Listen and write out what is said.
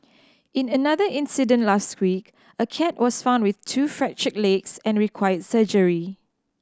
in another incident last week a cat was found with two fractured legs and required surgery